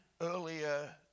earlier